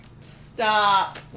Stop